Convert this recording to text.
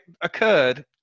occurred